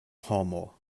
homo